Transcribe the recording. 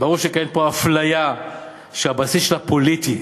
ברור שקיימת פה אפליה שהבסיס שלה פוליטי.